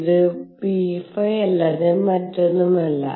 ഇത് pϕ അല്ലാതെ മറ്റൊന്നുമല്ല